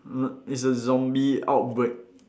mm it's a zombie outbreak